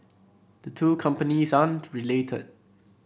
the two companies aren't related